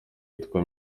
yitwa